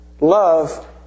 Love